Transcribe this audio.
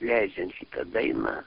leidžiant šitą dainą